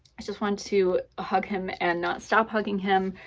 i just wanted to hug him and not stop hugging him.